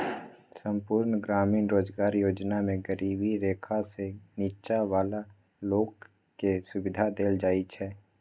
संपुर्ण ग्रामीण रोजगार योजना मे गरीबी रेखासँ नीच्चॉ बला लोक केँ सुबिधा देल जाइ छै